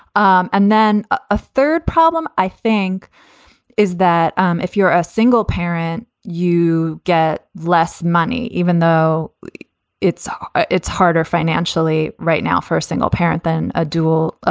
um and then a a third problem i think is that um if you're a single parent, you get less money, even though it's it's harder financially right now for a single parent than a dual,